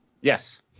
yes